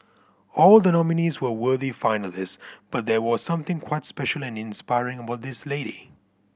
all the nominees were worthy finalist but there was something quite special and inspiring about this lady